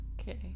Okay